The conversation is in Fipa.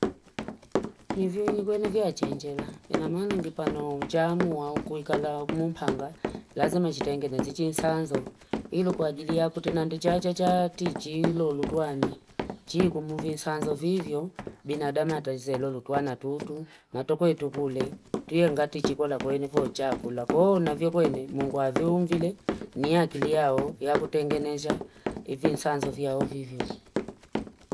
Ivonu vyachenjela inamaana ngipanou njaamua kuikala muhanga lazima chitengeneze chinsanzo ilokwa ajili ya kutindani chachaa tichii ulolutwane chikumvi iswanza vivo binadamu atanze lulu twana tutu natokwetu kule tuyengati chikola kwenu vo chakula koona vyo kwene mungwa viunvile niyakili yao yakutngenesha ivisanzo vya uvivu.